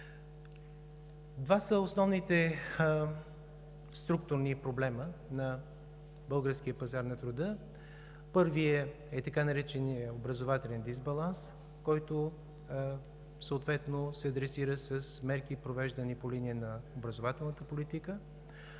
Два са основните структурни проблеми на българския пазар на труда. Първият е така нареченият образователен дисбаланс, който съответно се адресира с мерки, провеждани по линия на образователната политика.